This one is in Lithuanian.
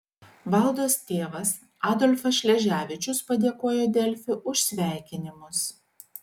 valdos tėvas adolfas šleževičius padėkojo delfi už sveikinimus